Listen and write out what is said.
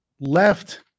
left